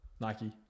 Nike